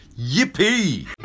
yippee